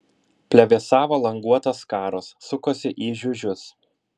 plevėsavo languotos skaros sukosi į žiužius